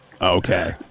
okay